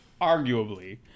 Arguably